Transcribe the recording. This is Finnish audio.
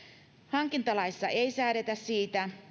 hankintalaissa ei säädetä siitä